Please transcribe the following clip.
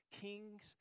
kings